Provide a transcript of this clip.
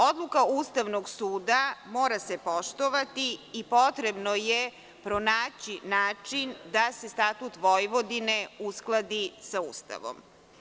Odluka Ustavnog Suda mora se poštovati i potrebno je pronaći način da se Statut Vojvodine uskladi sa Ustavom.